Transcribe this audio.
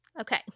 Okay